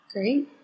Great